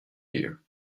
here